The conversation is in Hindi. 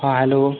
हाँ हेलो